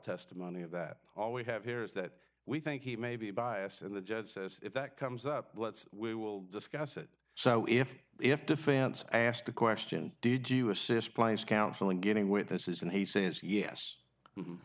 testimony of that all we have here is that we think he may be biased and the judge says if that comes up let's we will discuss it so if if defense asked the question did you assist players counseling beginning with this is and he says yes